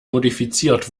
modifiziert